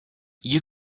you